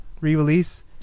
re-release